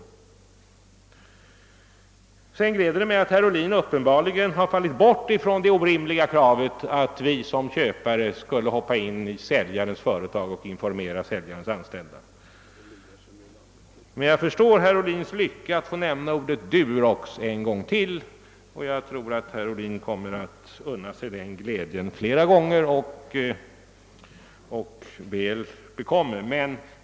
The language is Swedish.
Det gläder mig att herr Ohlin uppenbarligen har gått ifrån det orimliga kravet att vi som köpare skulle hoppa in i säljarens företag och informera hans anställda. Jag förstår emellertid herr Ohlins lycka över att få nämna namnet Durox en gång till; jag tror att han kommer att unna sig den glädjen flera gånger.